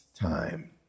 time